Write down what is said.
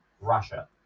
Russia